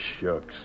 Shucks